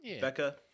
Becca